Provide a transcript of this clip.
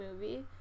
movie